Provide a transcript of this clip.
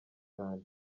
cyane